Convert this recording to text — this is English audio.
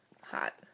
Hot